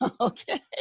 Okay